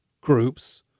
groups